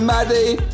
Maddie